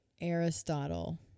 Aristotle